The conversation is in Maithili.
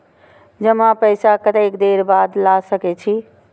जमा पैसा कतेक देर बाद ला सके छी?